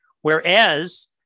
whereas